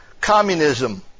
communism